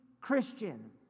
Christian